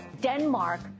Denmark